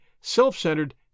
self-centered